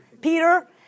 Peter